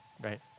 right